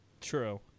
True